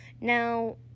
Now